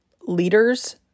leaders